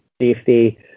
safety